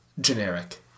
generic